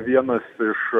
vienas iš